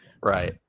Right